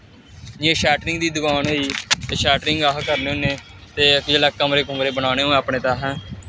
ते जि'यां सैटरिंग दी दकान होई गेई शैटरिंग अस करने होन्ने ते जिसलै कमरे कुमरे बनाने होन अपने असें